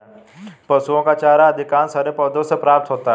पशुओं का चारा अधिकांशतः हरे पौधों से प्राप्त होता है